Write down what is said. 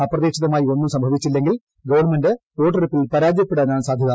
അപ്രതീക്ഷിതമായി ഒന്നും സംഭവിച്ചില്ലെങ്കിൽ ഗവൺമെന്റ് വോട്ടെടുപ്പിൽ പരാജയപ്പെടാനാണ് സാധ്യത